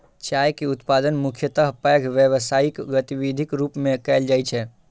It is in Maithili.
चाय के उत्पादन मुख्यतः पैघ व्यावसायिक गतिविधिक रूप मे कैल जाइ छै